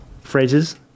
phrases